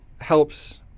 helps